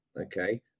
Okay